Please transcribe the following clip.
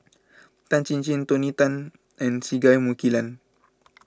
Tan Chin Chin Tony Tan and Singai Mukilan